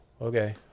okay